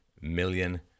million